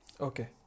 Okay